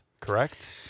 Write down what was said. correct